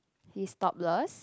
he's topless